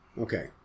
Okay